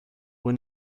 will